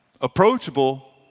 Approachable